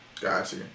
Gotcha